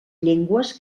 llengües